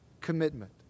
commitment